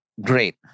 Great